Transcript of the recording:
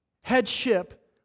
Headship